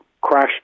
crashed